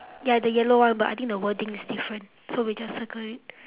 ya the yellow one but I think the wording is different so we just circle it